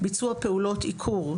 ביצוע פעולות עיקור,